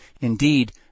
indeed